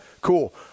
cool